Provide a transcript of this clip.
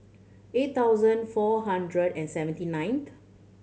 eight thousand four hundred and seventy ninth